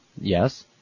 Yes